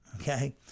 Okay